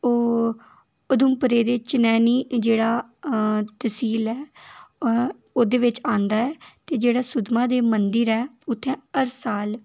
ओह् उधमपुरै दे चनैह्नी जेह्ड़ा तसील ऐ ओह्दे बिच आंदा ऐ जेह्ड़ा सुद्धमहादेव मंदिर ऐ इत्थें हर साल